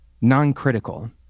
non-critical